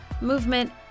movement